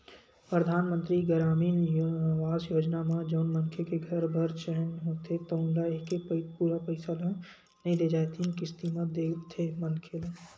परधानमंतरी गरामीन आवास योजना म जउन मनखे के घर बर चयन होथे तउन ल एके पइत पूरा पइसा ल नइ दे जाए तीन किस्ती म देथे मनखे ल